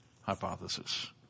hypothesis